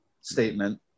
statement